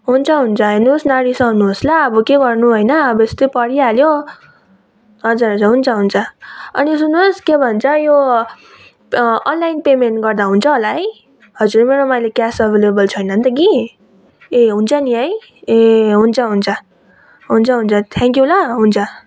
हुन्छ हुन्छ हेर्नु होस् नरिसाउनु होस् ल अब के गर्नु होइन अब यस्तो परिहाल्यो हजुर हजुर हुन्छ हुन्छ अनि सुन्नु होस् के भन्छ यो अनलाइन पेमेन्ट गर्दा हुन्छ होला है हजुर मेरोमा अहिले क्यास एभाइलेबल छैन नि त कि ए हुन्छ नि है ए हुन्छ हुन्छ हुन्छ हुन्छ थ्याङ्क यु ल हुन्छ